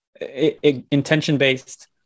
intention-based